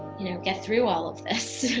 you know get through all of this